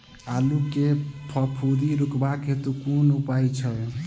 आलु मे फफूंदी रुकबाक हेतु कुन उपाय छै?